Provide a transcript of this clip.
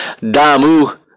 Damu